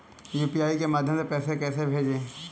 UPI के माध्यम से पैसे को कैसे भेजें?